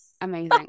amazing